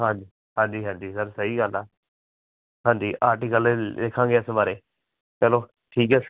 ਹਾਂਜੀ ਹਾਂਜੀ ਹਾਂਜੀ ਸਰ ਸਹੀ ਗੱਲ ਹੈ ਹਾਂਜੀ ਆਰਟੀਕਲ ਲਿਖਾਂਗੇ ਇਸ ਬਾਰੇ ਚਲੋ ਠੀਕ ਹੈ